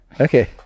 Okay